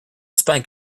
spank